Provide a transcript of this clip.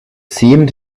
seemed